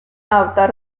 adoptar